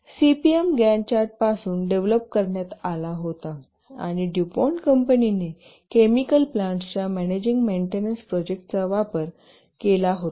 CPM Gantt चार्टपासून develop करण्यात आला होता आणि ड्युपॉन्ट कंपनीने केमिकल प्लांट्सच्या मॅनेजिन्ग मेंटेनन्स प्रोजेक्टच्या वापर केला होता